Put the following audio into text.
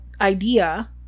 idea